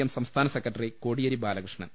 M സംസ്ഥാന secretary Kodiyeri Balakrishnan